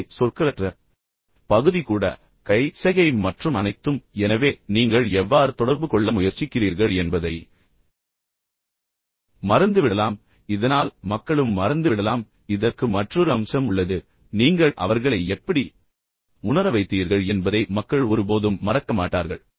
எனவே சொற்களற்ற பகுதி கூட கை சைகை மற்றும் அனைத்தும் எனவே நீங்கள் எவ்வாறு தொடர்பு கொள்ள முயற்சிக்கிறீர்கள் என்பதை மறந்துவிடலாம் இதனால் மக்களும் மறந்துவிடலாம் ஆனால் இதற்கு மற்றொரு அம்சம் உள்ளது ஆனால் நீங்கள் அவர்களை எப்படி உணர வைத்தீர்கள் என்பதை மக்கள் ஒருபோதும் மறக்க மாட்டார்கள்